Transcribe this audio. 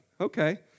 Okay